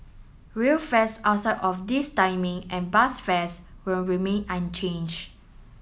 rail fares outside of this timing and bus fares will remain unchanged